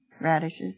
radishes